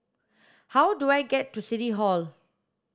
how do I get to City Hall